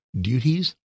duties